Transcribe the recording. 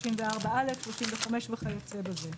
34(א), 35 וכיוצא בזה.